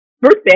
birthday